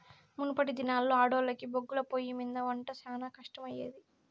మునపటి దినాల్లో ఆడోల్లకి బొగ్గుల పొయ్యిమింద ఒంట శానా కట్టమయ్యేది